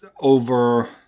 over